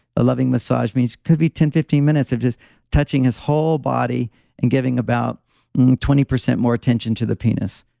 loving massage means could be ten, fifteen minutes of just touching his whole body and giving about twenty percent more attention to the penis,